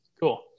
Cool